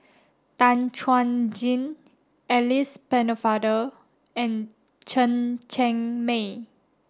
Tan Chuan Jin Alice Pennefather and Chen Cheng Mei